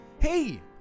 Hey